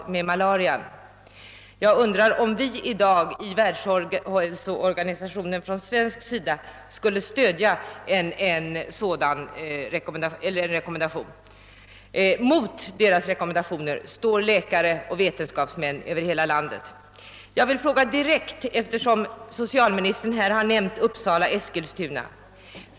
Jag undrar om vi på svenskt håll i dag i Världshälsoorganisationen skulle stödja en sådan rekommendation? Mot denna organisations rekommendation står läkare och vetenskapsmän över hela landet. Eftersom << socialministern - nämnt exemplen Uppsala och Eskilstuna vill jag ställa en direkt fråga.